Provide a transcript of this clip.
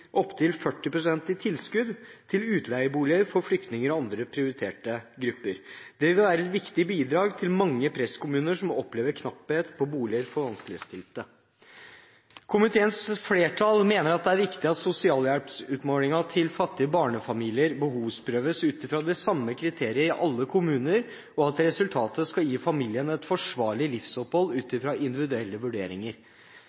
opptil 40 pst. i tilskudd til utleieboliger for flyktninger og andre prioriterte grupper. Det vil være et viktig bidrag til mange presskommuner som opplever knapphet på boliger til vanskeligstilte. Komiteens flertall mener at det er viktig at sosialhjelpsutmålingen til fattige barnefamilier behovsprøves ut fra de samme kriterier i alle kommuner, og at resultatet skal gi familien et forsvarlig livsopphold ut